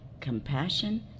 compassion